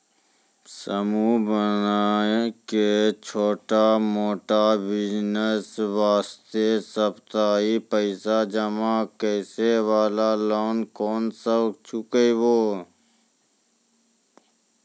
समूह बनाय के छोटा मोटा बिज़नेस वास्ते साप्ताहिक पैसा जमा करे वाला लोन कोंन सब छीके?